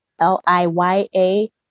L-I-Y-A